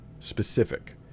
Specific